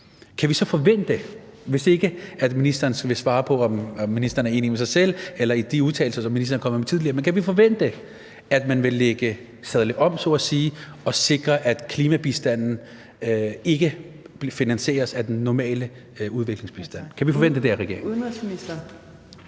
at spørge: Hvis ikke ministeren vil svare på, om ministeren er enig med sig selv eller i de udtalelser, som ministeren er kommet med tidligere, kan vi så forvente, at man vil sadle om og sikre, at klimabistanden ikke finansieres af den normale udviklingsbistand? Kan vi forvente det af regeringen?